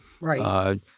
Right